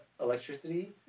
electricity